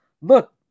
look